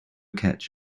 catch